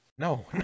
No